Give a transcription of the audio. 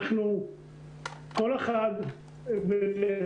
שני הצדדים מבינים זאת והצדדים ידונו,